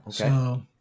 Okay